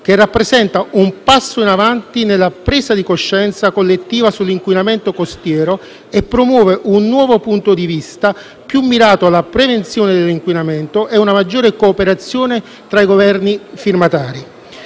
che rappresenta un passo in avanti nella presa di coscienza collettiva sull'inquinamento costiero e promuove un nuovo punto di vista più mirato alla prevenzione dell'inquinamento e a una maggiore cooperazione tra i Governi firmatari.